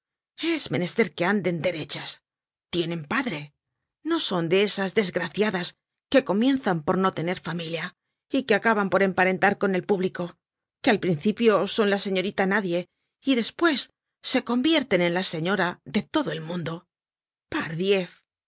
es menester que anden derechas tienen padre no son de esas desgraciadas que comienzan por no tener familia y acaban por emparentar con el público que al principio son la señorita nadie y despues se convierten en la señora de todo el mundo pardiez eso no